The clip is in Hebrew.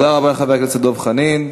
תודה רבה לחבר הכנסת דב חנין.